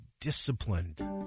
disciplined